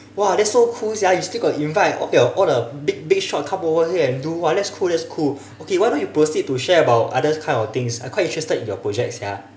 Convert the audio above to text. !wah! that is so cool sia you still got invite all your all the big big shot come over here and do !wah! that's cool that's cool okay why don't you proceed to share about other kind of things I am quite interested in your project sia